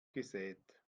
gesät